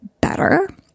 better